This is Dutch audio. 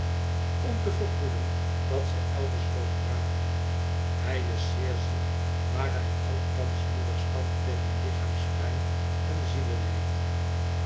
om te verhoeden dat zij elders loopt praten hij is zeer ziek maar hij houdt thans moedig stand tegen lichaamspijn en